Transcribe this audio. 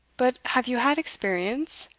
but have you had experience?